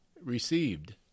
received